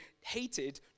hated